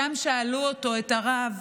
שם שאלו אותו, את הרב: